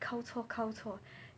count 错 count 错